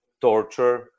torture